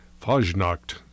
Fajnacht